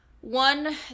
One